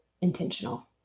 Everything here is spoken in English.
intentional